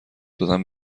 دادن